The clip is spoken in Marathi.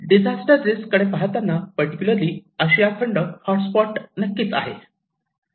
डिजास्टर रिस्क कडे पाहताना पर्टिक्युलरर्ली आशिया खंड हॉट स्पॉट नक्कीच आहे